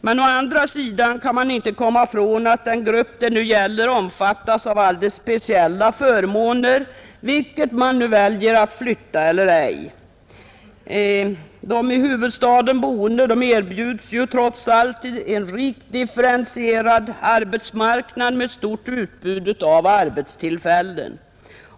Men å andra sidan kan man inte komma ifrån att den grupp som det här gäller omfattas av alldeles speciella förmåner, oavsett om vederbörande väljer att flytta eller inte. De i huvudstaden boende erbjuds trots allt en rikt differentierad arbetsmarknad med ett stort utbud av arbetstillfällen.